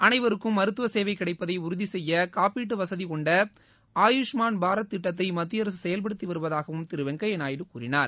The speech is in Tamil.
அளைவருக்கும் மருத்துவ சேவை கிடைப்பதை உறுதி செய்ய காப்பீட்டு வசதி கொண்ட ஆயுஷ்மான் பாரத் திட்டத்தை மத்திய அரசு செயல்படுத்தி வருவதாகவும் திரு வெங்கையா நாயுடு கூறினார்